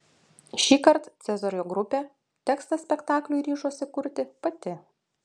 šįkart cezario grupė tekstą spektakliui ryžosi kurti pati